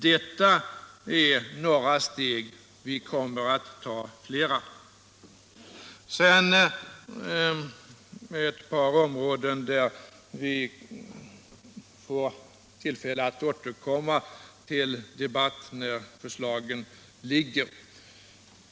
Detta är några steg, vi kommer att ta flera. Sedan vill jag beröra ett par områden som vi får tillfälle att återkomma till när förslag föreligger.